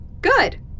Good